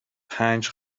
پنج